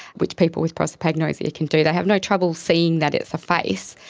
which people with prosopagnosia can do. they have no trouble seeing that it's a face,